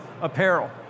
apparel